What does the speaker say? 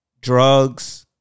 drugs